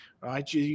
right